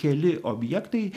keli objektai